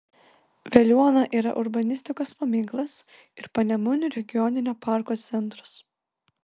veliuona yra urbanistikos paminklas ir panemunių regioninio parko centras